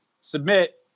submit